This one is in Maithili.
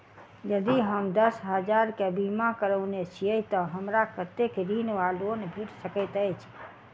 यदि हम दस हजार केँ बीमा करौने छीयै तऽ हमरा कत्तेक ऋण वा लोन भेट सकैत अछि?